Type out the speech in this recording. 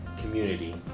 Community